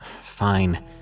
Fine